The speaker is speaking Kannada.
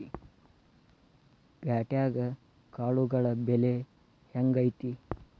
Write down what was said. ಪ್ಯಾಟ್ಯಾಗ್ ಕಾಳುಗಳ ಬೆಲೆ ಹೆಂಗ್ ಐತಿ?